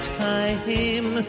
time